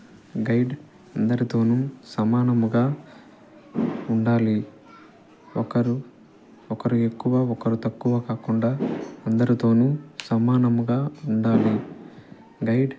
guide అందరితోనూ సమానముగా ఉండాలి ఒకరు ఒకరు ఎక్కువ ఒకరు తక్కువ కాకుండా అందరితోనూ సమానముగా ఉండాలి గైడ్